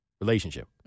relationship